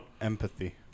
Empathy